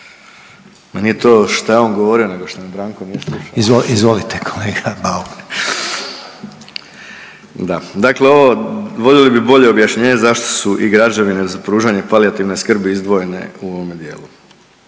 nije to šta je on govorio, nego što me Branko nije slušao. .../Upadica: Izvolite, kolega Bauk./... Da, dakle ovo, voljeli bi bolje objašnjenje zašto su i građevine za pružanje palijativne skrbi izdvojene u ovome dijelu.